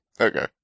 Okay